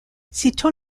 sitôt